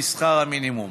בשכר המינימום.